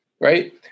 right